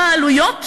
גם העלויות